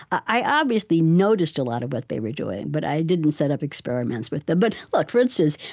i obviously noticed a lot of what they were doing, but i didn't set up experiments with them. but, like for instance,